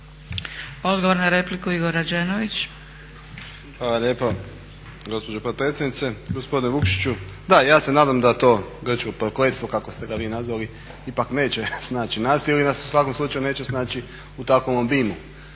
Rađenović. **Rađenović, Igor (SDP)** Hvala lijepa gospođo potpredsjednice. Gospodine Vukšiću, ja se nadam da to grčko prokletstvo kako ste ga vi nazvali ipak neće snaći nas ili nas u svakom slučaju neće snaći u takvom obimu.